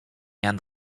and